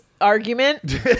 argument